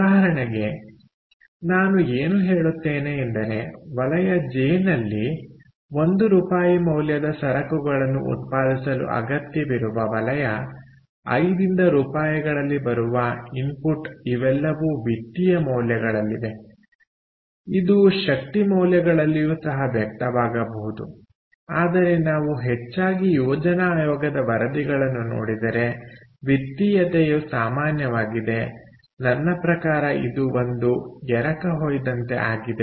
ಉದಾಹರಣೆಗೆನಾನು ಏನು ಹೇಳುತ್ತೇನೆ ಎಂದರೆ ವಲಯ ಜೆ ನಲ್ಲಿ 1 ರೂಪಾಯಿ ಮೌಲ್ಯದ ಸರಕುಗಳನ್ನು ಉತ್ಪಾದಿಸಲು ಅಗತ್ಯವಿರುವ ವಲಯ ಐ ದಿಂದ ರೂಪಾಯಿಗಳಲ್ಲಿ ಬರುವ ಇನ್ಪುಟ್ ಇವೆಲ್ಲವೂ ವಿತ್ತೀಯ ಮೌಲ್ಯಗಳಲ್ಲಿವೆ ಇದು ಶಕ್ತಿ ಮೌಲ್ಯಗಳಲ್ಲಿಯೂ ಸಹ ವ್ಯಕ್ತವಾಗಬಹುದು ಆದರೆ ನಾವು ಹೆಚ್ಚಾಗಿ ಯೋಜನಾ ಆಯೋಗದ ವರದಿಗಳನ್ನು ನೋಡಿದರೆ ವಿತ್ತೀಯತೆಯು ಸಾಮಾನ್ಯವಾಗಿದೆ ನನ್ನ ಪ್ರಕಾರ ಇದು ಒಂದು ಎರಕ ಹೊಯ್ದಂತೆ ಆಗಿದೆ